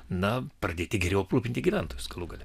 na pradėti geriau aprūpinti gyventojus galų gale